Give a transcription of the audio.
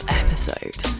episode